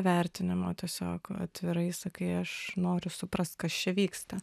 vertinimo tiesiog atvirai sakai aš noriu suprast kas čia vyksta